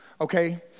okay